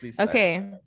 okay